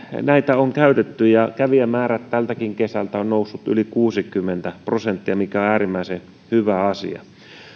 näitä on käytetty ja kävijämäärä tältäkin kesältä on noussut yli kuusikymmentä prosenttia mikä on äärimmäisen hyvä asia